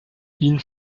ihn